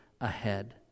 ahead